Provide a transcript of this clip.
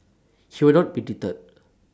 he will not be deterred